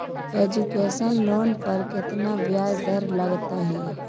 Education loan पर केतना ब्याज दर लगतई?